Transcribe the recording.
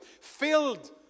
filled